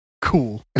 Cool